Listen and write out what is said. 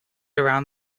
around